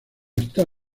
está